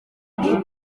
ati